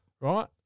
Right